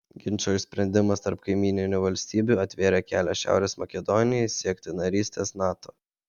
ginčo išsprendimas tarp kaimyninių valstybių atvėrė kelią šiaurės makedonijai siekti narystės nato